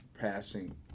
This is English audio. passing